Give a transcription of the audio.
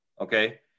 Okay